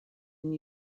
and